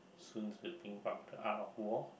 the Art of War